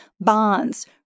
bonds